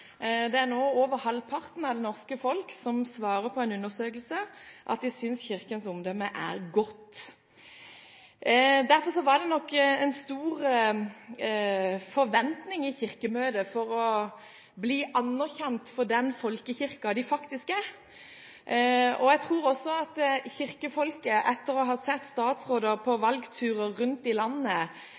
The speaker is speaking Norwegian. Det er nå over halvparten av det norske folk som svarer på en undersøkelse at de synes Kirkens omdømme er godt. Derfor var det nok i Kirkemøtet en stor forventning om å bli anerkjent for den folkekirken de faktisk er. Etter å ha sett statsråder på valgturer rundt i landet